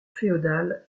féodale